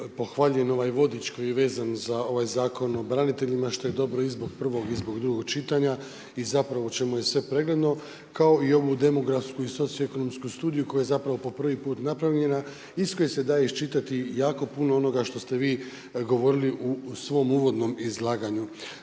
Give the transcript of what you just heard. pohvaljujem ovaj vodič koji je vezan za ovaj Zakon o braniteljima što je dobro i zbog prvog i zbog drugog čitanja i o čemu je sve pregledno kao i ovu demografsku i socioekonomsku studiju koja je po prvi put napravljena iz koje se da iščitati jako puno onoga što ste vi govorili u svom uvodnom izlaganju.